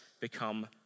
become